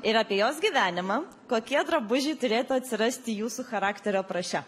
ir apie jos gyvenimą kokie drabužiai turėtų atsirasti jūsų charakterio apraše